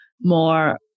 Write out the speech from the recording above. more